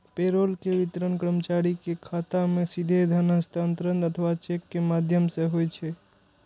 payroll के वितरण कर्मचारी के खाता मे सीधे धन हस्तांतरण अथवा चेक के माध्यम सं होइ छै